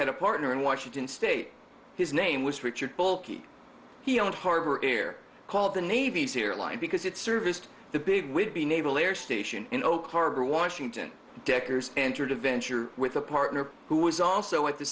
had a partner in washington state his name was richard bulky he owned harbor air called the navy's here line because it serviced the big whidbey naval air station in oak harbor washington decker's entered a venture with a partner who was also at the